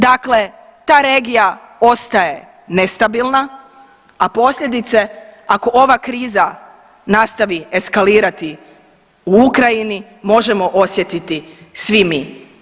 Dakle, ta regija ostaje nestabilna, a posljedice ako ova kriza nastavi eskalirati u Ukrajini možemo osjetiti svi mi.